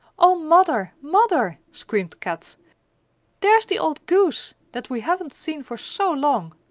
o mother, mother, screamed kat there is the old goose that we haven't seen for so long!